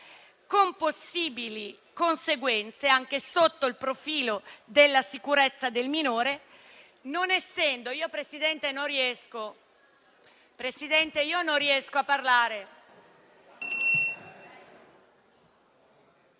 con possibili conseguenze anche sotto il profilo della sicurezza del minore. *(Brusio)*.